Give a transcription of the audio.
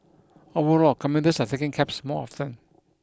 overall commuters are taking cabs more often